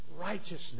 Righteousness